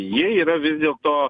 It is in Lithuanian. jie yra vis dėl to